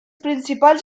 principals